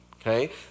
okay